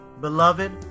Beloved